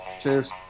Cheers